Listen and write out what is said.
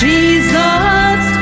Jesus